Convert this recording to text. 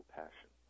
passion